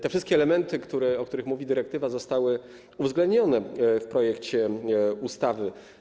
Te wszystkie elementy, o których mówi dyrektywa, zostały uwzględnione w projekcie ustawy.